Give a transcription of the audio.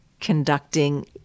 conducting